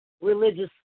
religious